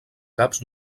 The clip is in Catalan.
caps